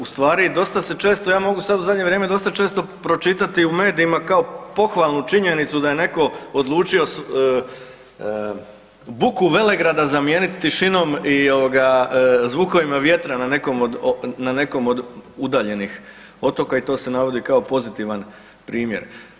U stvari dosta se često, ja mogu sad u zadnje vrijeme dosta često pročitati u medijima kao pohvalnu činjenicu da je netko odlučio buku velegrada zamijeniti tišinom i zvukovima vjetra na nekom od udaljenih otoka i to se navodi kao pozitivan primjer.